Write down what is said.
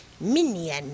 Minion